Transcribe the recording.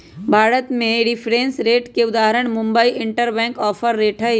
भारत में reference rate के उदाहरण मुंबई इंटरबैंक ऑफर रेट हइ